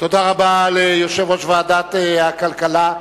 תודה רבה ליושב-ראש ועדת הכלכלה.